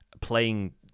playing